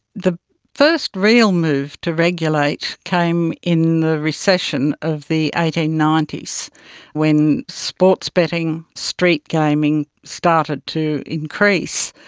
the first real move to regulate came in the recession of the eighteen ninety s when sports betting, street gaming started to increase.